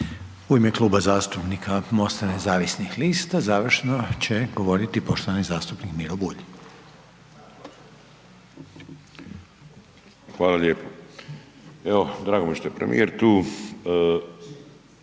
U ime Klub zastupnika MOST-a Nezavisnih lista završno će govoriti poštovani zastupnik Miro Bulj. **Bulj, Miro (MOST)** Hvala lijepo. Evo, drago mi je što je premijer tu,